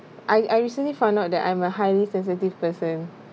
I I recently found out that I'm a highly sensitive person